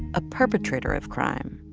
a perpetrator of crime.